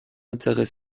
intérêt